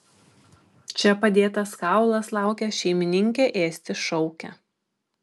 čia padėtas kaulas laukia šeimininkė ėsti šaukia